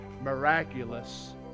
miraculous